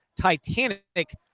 Titanic